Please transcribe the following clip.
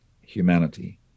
humanity